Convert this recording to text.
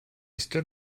stood